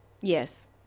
Yes